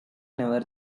never